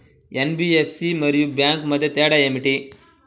NBFC మరియు bank మధ్య తేడా ఏమిటీ?